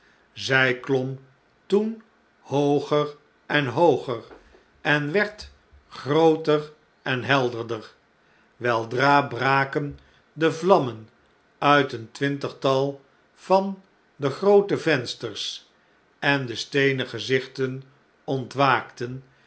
zij klom toen hooger en hooger en werd grooter en helderder weldra braken de vlammen uit een twintigtal van de groote vensters en de steenen gezichten ontwaakten